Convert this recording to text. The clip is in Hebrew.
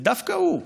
ודווקא הוא,